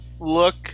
look